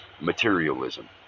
Materialism